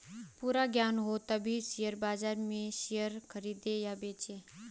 पूरा ज्ञान हो तभी शेयर बाजार में शेयर खरीदे या बेचे